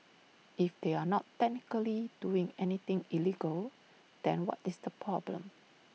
if they are not technically doing anything illegal then what is the problem